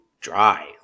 dry